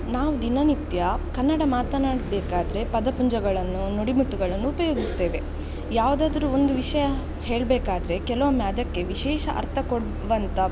ನಾವು ದಿನನಿತ್ಯ ಕನ್ನಡ ಮಾತನಾಡಬೇಕಾದ್ರೆ ಪದ ಪುಂಜಗಳನ್ನು ನುಡಿಮುತ್ತುಗಳನ್ನು ಉಪಯೋಗಿಸ್ತೇವೆ ಯಾವುದಾದ್ರೂ ಒಂದು ವಿಷಯ ಹೇಳಬೇಕಾದ್ರೆ ಕೆಲವೊಮ್ಮೆ ಅದಕ್ಕೆ ವಿಶೇಷ ಅರ್ಥ ಕೊಡುವಂಥ